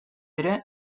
ere